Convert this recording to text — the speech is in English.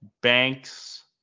Banks